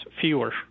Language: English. fewer